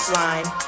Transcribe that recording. line